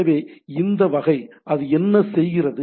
எனவே இந்த வகை அது என்ன செய்கிறது